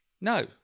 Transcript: No